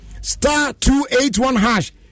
Star-two-eight-one-hash